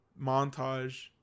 montage